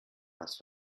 was